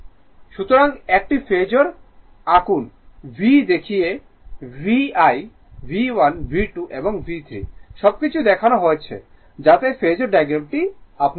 সুতরাং একটি ফেজোর আঁকুন V দেখিয়ে VI V1 V2 এবং V3 সবকিছু দেখানো হয়েছে যাতে ফেজোর ডায়াগ্রামটি আঁকুন